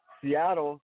Seattle